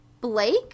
Blake